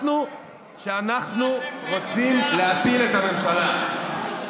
למה אתם מצביעים נגד 100%?